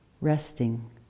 Resting